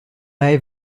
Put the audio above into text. lei